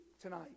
tonight